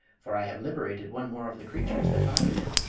for i have liberated one more of the creatures that bother him.